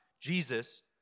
jesus